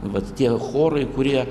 vat tie chorai kurie